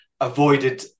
avoided